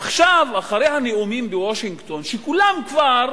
עכשיו, אחרי הנאומים בוושינגטון, כשכולם כבר